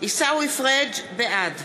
בעד